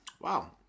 Wow